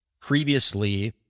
Previously